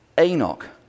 Enoch